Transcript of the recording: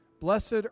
Blessed